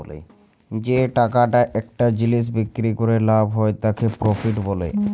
যে টাকাটা একটা জিলিস বিক্রি ক্যরে লাভ হ্যয় তাকে প্রফিট ব্যলে